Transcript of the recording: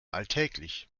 alltäglich